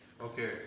okay